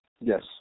Yes